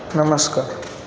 नमस्कार